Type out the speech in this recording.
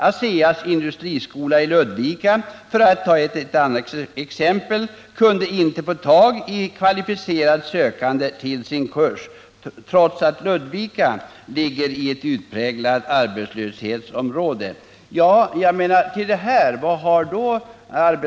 ASEA:s industriskola i Ludvika, för att ta ytterligare ett exempel, kunde inte få tag i kvalificerade sökande till en kurs, trots att Ludvika ligger i ett utpräglat arbetslöshetsområde.